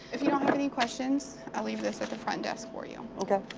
if you don't have any questions, i'll leave this at the front desk for you. okay.